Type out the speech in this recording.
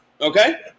Okay